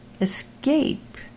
escape